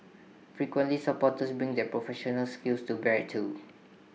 frequently supporters bring their professional skills to bear too